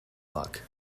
luck